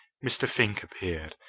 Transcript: mr. fink appeared,